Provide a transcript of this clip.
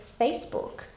Facebook